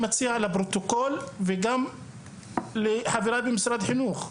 אני מציע לפרוטוקול וגם לחבריי ממשרד החינוך,